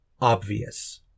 obvious